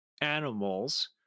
animals